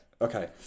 Okay